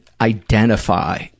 identify